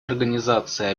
организации